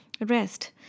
Rest